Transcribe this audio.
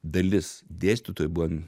dalis dėstytojų buvo